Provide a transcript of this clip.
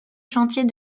chantiers